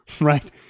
Right